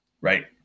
Right